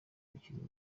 bakinnyi